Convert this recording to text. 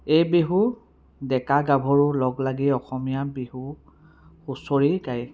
এই বিহু ডেকা গাভৰু লগ লাগি অসমীয়া বিহু হুঁচৰি গায়